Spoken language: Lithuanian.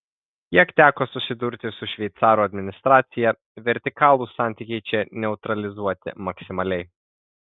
kiek teko susidurti su šveicarų administracija vertikalūs santykiai čia neutralizuoti maksimaliai